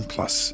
Plus